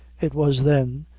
it was, then,